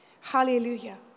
Hallelujah